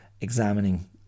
examining